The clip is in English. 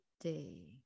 day